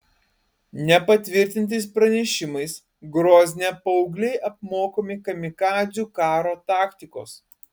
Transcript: nepatvirtintais pranešimais grozne paaugliai apmokomi kamikadzių karo taktikos